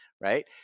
right